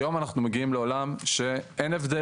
היום אנחנו מגיעים לעולם שאין הבדל,